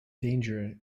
danger